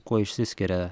kuo išsiskiria